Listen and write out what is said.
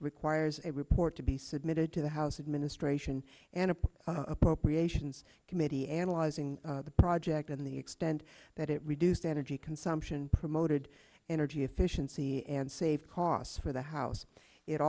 requires a report to be submitted to the house administration and appropriations committee analyzing the project in the extent that it reduced energy consumption promoted energy efficiency and save costs for the house it